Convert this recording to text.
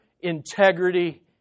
integrity